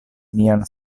mian